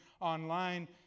online